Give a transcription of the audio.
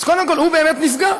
אז קודם כול, הוא באמת נפגע.